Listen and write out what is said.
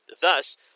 thus